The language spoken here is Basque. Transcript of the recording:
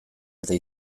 eta